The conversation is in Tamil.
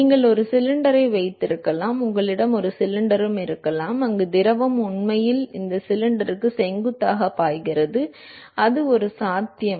நீங்கள் ஒரு சிலிண்டரை வைத்திருக்கலாம் உங்களிடம் ஒரு சிலிண்டரும் இருக்கலாம் அங்கு திரவம் உண்மையில் இந்த சிலிண்டருக்கு செங்குத்தாக பாய்கிறது அது ஒரு சாத்தியம்